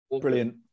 Brilliant